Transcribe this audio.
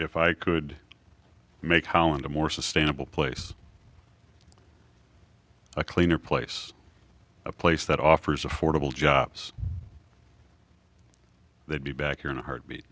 if i could make holland a more sustainable place a cleaner place a place that offers affordable jobs they'd be back here in a heartbeat